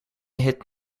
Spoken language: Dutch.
hit